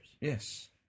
Yes